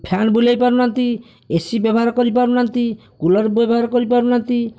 fan ବୁଲାଇ ପାରୁନାହାନ୍ତି AC ବ୍ୟବହାର କରିପାରୁନାହାନ୍ତି କୁଳର ବ୍ୟବହାର କରିପାରୁନାହାନ୍ତି